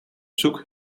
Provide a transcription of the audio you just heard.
zoek